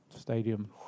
stadium